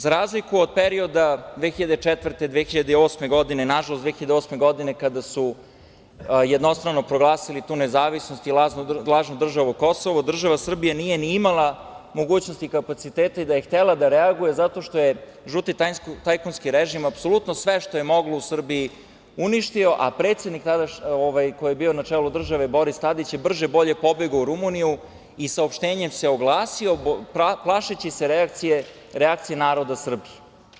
Za razliku od perioda 2004-2008. godine, nažalost, 2008. godine kada su jednostrano proglasili tu nezavisnost i lažnu državu Kosovo, država Srbija nije ni imala mogućnost i kapacitete i da je htela da reaguje, zato što je žuti tajkunski režim apsolutno sve što je moglo u Srbiji uništio, a predsednik koji je bio na čelu države, Boris Tadić, je brže-bolje pobegao u Rumuniju i saopštenjem se oglasio, plašeći se reakcije naroda Srbije.